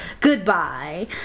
Goodbye